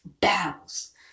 Battles